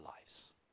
lives